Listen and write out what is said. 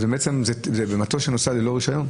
זה מטוס שטס ללא רישיון?